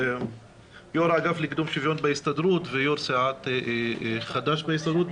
יו"ר האגף לקידום שוויון בהסתדרות ויו"ר סיעת חדש בהסתדרות,